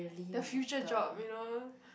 the future job you know